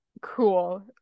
cool